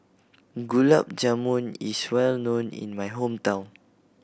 Gulab Jamun is well known in my hometown